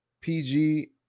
PG